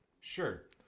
Sure